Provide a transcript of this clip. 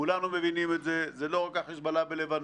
כולנו מבינים את זה זה לא רק החיזבאללה בלבנון,